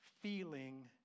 feeling